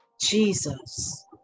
Jesus